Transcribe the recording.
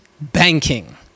banking